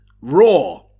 Raw